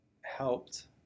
helped